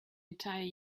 entire